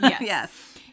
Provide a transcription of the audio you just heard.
Yes